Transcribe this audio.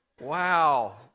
Wow